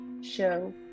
show